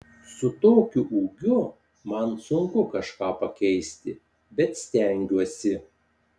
su tokiu ūgiu man sunku kažką pakeisti bet stengiuosi